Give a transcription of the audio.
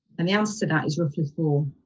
and answer to that is roughly four.